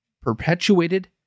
perpetuated